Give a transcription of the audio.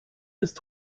ist